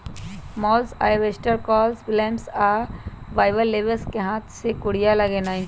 mussels, oyster, cockles, clams आ bivalves कें हाथ से कूरिया लगेनाइ